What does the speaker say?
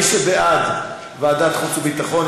מי שבעד ועדת חוץ וביטחון,